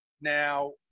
Now